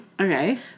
Okay